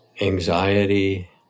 Anxiety